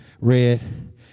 Red